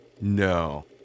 No